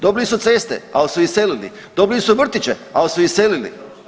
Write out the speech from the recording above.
Dobili su ceste, ali su iselili, dobili su vrtiće, ali su iselili.